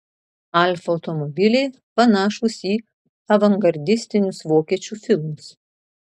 alfa automobiliai panašūs į avangardistinius vokiečių filmus